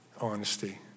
honesty